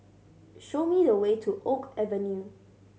show me the way to Oak Avenue